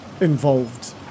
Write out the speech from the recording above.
involved